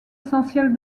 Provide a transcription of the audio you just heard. essentielle